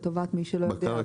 לטובת מי שלא יודע.